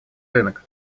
рынок